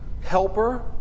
helper